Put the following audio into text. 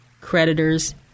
creditors